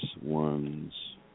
ones